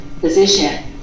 position